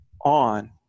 on